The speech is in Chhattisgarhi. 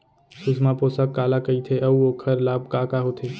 सुषमा पोसक काला कइथे अऊ ओखर लाभ का का होथे?